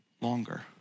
longer